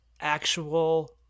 actual